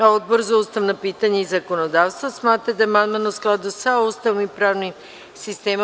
Odbor za ustavna pitanja i zakonodavstvo smatra da je amandman u skladu sa Ustavom i pravnim sistemom.